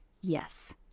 yes